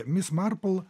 mis marpl